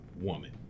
woman